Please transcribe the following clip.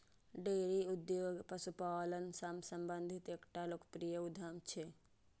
dairy उद्योग पशुपालन सं संबंधित एकटा लोकप्रिय उद्यम छियै